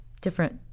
different